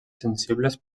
sensibles